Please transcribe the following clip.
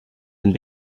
and